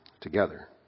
together